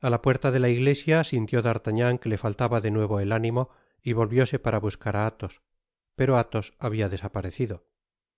a la puerta de la iglesia sidiió d'artagnan que le faltaba de nuevo el ánimo y volvióse para bnscar á athos pero athos habia desaparecido